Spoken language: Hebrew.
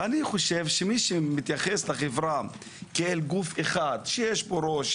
אני חושב מי שמתייחס לחברה כאל גוף אחד שיש לו ראש,